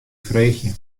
freegje